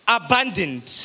abandoned